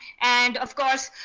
and of course,